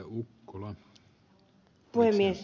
arvoisa puhemies